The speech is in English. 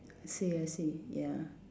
I see I see ya